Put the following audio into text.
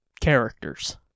characters